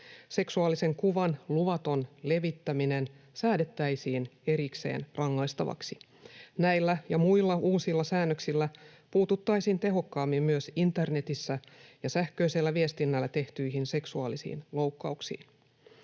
Seksuaalisen kuvan luvaton levittäminen säädettäisiin erikseen rangaistavaksi. Näillä ja muilla uusilla säännöksillä puututtaisiin tehokkaammin myös internetissä ja sähköisellä viestinnällä tehtyihin seksuaalisiin loukkauksiin.